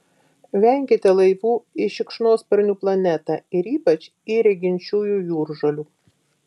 venkite laivų į šikšnosparnių planetą ir ypač į reginčiųjų jūržolių